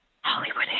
Hollywood